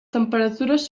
temperatures